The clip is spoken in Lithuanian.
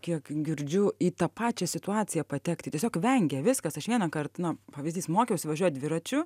kiek girdžiu į tą pačią situaciją patekti tiesiog vengia viskas aš vienąkart na pavyzdys mokiausi važiuot dviračiu